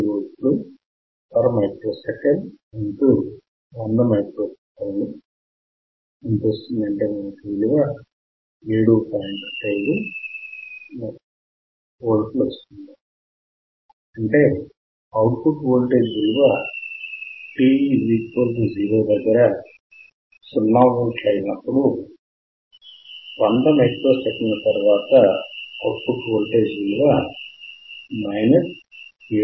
5V output voltage విలువ t0 దగ్గర 0 V అయినప్పుడు 100 మైక్రోసెకన్ల తరువాత అవుట్ పుట్ వోల్టేజ్ విలువ 7